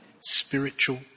spiritual